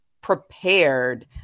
prepared